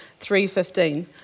3.15